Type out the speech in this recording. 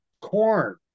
Corn